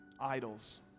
idols